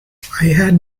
had